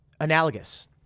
analogous